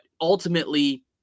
ultimately